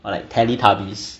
or like teletubbies